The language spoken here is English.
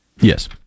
yes